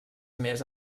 més